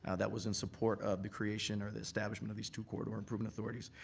ah that was in support of the creation or the establishment of these two corridor improvement authorities.